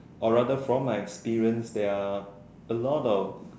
or rather from my experience there are a lot of